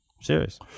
Serious